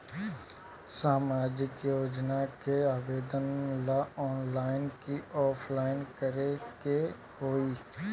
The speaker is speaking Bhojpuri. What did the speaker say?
सामाजिक योजना के आवेदन ला ऑनलाइन कि ऑफलाइन करे के होई?